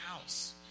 house